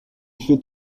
fait